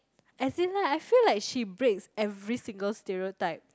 as in like I feel like she breaks every single stereotype